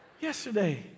Yesterday